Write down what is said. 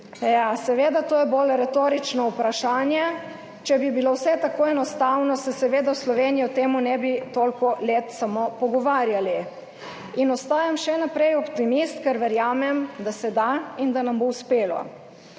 seveda, to je bolj retorično vprašanje. Če bi bilo vse tako enostavno, se seveda v Sloveniji o tem ne bi toliko let samo pogovarjali. Ostajam še naprej optimist, ker verjamem, da se da in da nam bo uspelo.